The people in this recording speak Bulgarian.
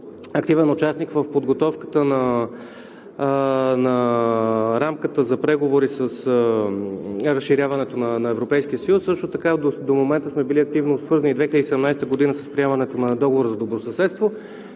активен участник в подготовката на рамката за преговори за разширяването на Европейския съюз. Също така до момента сме били активно свързани – от 2017 г. с приемането на Договора за добросъседство,